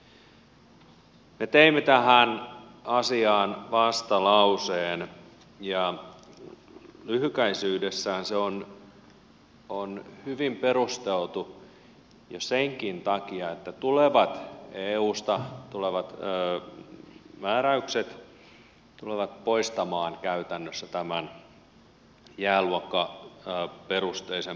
me teimme tähän asiaan vastalauseen ja lyhykäisyydessään se on hyvin perusteltu jo senkin takia että tulevat eusta tulevat määräykset tulevat poistamaan käytännössä tämän jääluokkaperusteisen porrastuksen